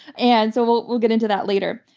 and so we'll we'll get into that later.